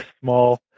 small